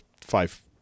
five